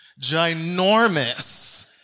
ginormous